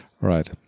right